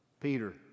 Peter